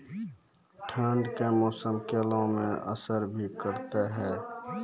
ठंड के मौसम केला मैं असर भी करते हैं?